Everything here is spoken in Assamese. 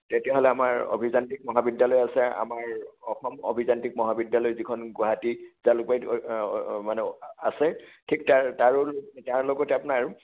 তেতিয়াহ'লে আমাৰ অভিযান্ত্ৰিক মহাবিদ্যালয় আছে আমাৰ অসম অভিযান্ত্ৰিক মহাবিদ্যালয় যিখন গুৱাহাটীৰ জালুকবাৰীত মানে আছে ঠিক তাৰ তাৰ তাৰ লগতে আপোনাৰ